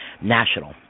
national